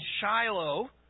Shiloh